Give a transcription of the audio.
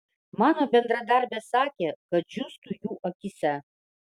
mano bendradarbės sakė kad džiūstu jų akyse